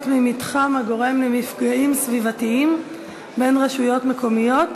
ממתחם הגורם למפגעים סביבתיים בין רשויות מקומיות),